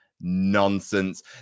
nonsense